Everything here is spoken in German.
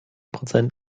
prozent